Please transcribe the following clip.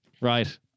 right